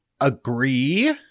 agree